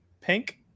pink